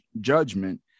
judgment